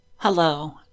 Hello